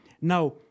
Now